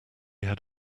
had